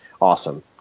Awesome